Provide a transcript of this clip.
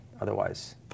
otherwise